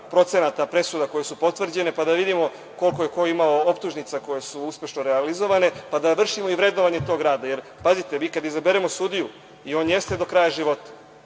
procenata, presuda koje su potvrđene, pa da vidimo koliko je ko imao optužnica koje su uspešno realizovane, pa da vršimo i vrednovanje tog rada. Pazite, mi kada izaberemo sudiju, i on jeste do kraja života,